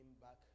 back